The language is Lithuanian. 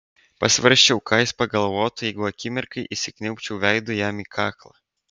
pasvarsčiau ką jis pagalvotų jeigu akimirkai įsikniaubčiau veidu jam į kaklą